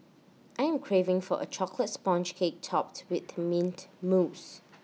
I am craving for A Chocolate Sponge Cake Topped with Mint Mousse